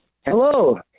Hello